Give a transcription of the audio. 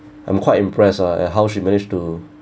I'm quite impressed ah at how she manage to